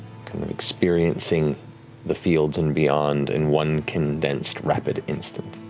kind of experiencing the fields and beyond and one condensed rapid instant.